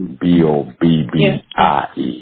B-O-B-B-I-E